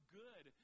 good